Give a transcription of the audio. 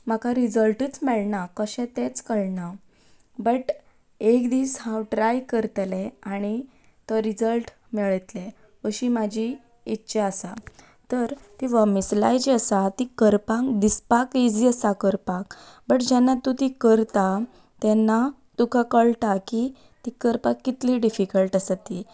म्हाका रिजल्टूच मेळना कशें तेंच कळना बट एक दीस हांव ट्राय करतलें आनी तो रिजल्ट मेळटलो अशी म्हजी इच्छा आसा तर ती वॉमिसिलाय जी आसा ती करपाक दिसपाक इजी आसा करपाक बट जेन्ना तूं ती करता तेन्ना तुका कळटा की ती करपाक कितली डिफिकल्ट आसा ती